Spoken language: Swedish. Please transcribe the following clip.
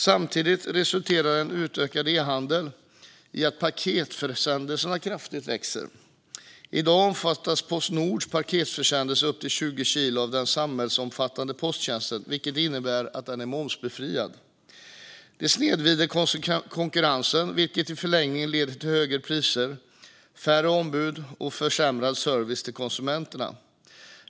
Samtidigt resulterar en utökad e-handel i att paketförsändelserna ökar kraftigt. I dag omfattas Postnords paketförsändelser upp till 20 kilo av den samhällsomfattande posttjänsten, vilket innebär att de är momsbefriade. Detta snedvrider konkurrensen, vilket i förlängningen leder till högre priser, färre ombud och försämrad service till konsumenterna.